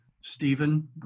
Stephen